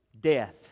death